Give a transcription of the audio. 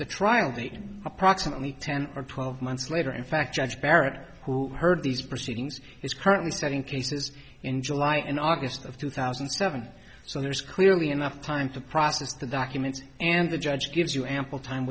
the trial date approximately ten or twelve months later in fact judge barrett who heard these proceedings is currently studying cases in july and august of two thousand and seven so there's clearly enough time to process the documents and the judge gives you ample time